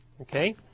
Okay